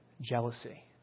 jealousy